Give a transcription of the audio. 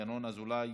ינון אזולאי,